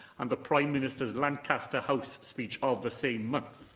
and the prime minister's lancaster house speech of the same month,